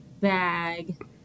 bag